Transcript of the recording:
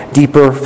deeper